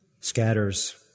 scatters